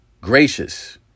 gracious